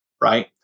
right